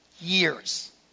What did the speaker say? years